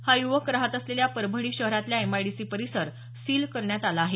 हा युवक राहत असलेल्या परभणी शहरातला एमआयडीसी परिसर सील करण्यात आला आहे